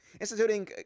Instituting